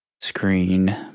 screen